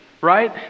Right